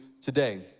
today